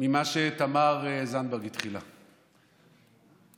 במה שתמר זנדברג התחילה,